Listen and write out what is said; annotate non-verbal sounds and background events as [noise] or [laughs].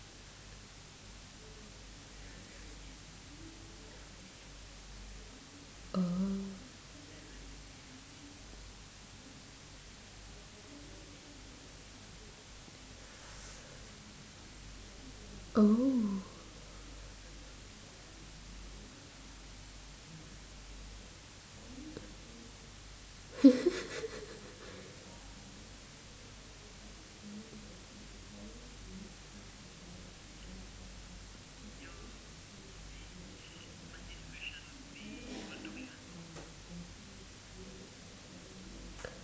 oh oh [laughs]